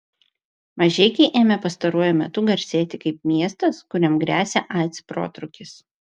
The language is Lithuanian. mažeikiai ėmė pastaruoju metu garsėti kaip miestas kuriam gresia aids protrūkis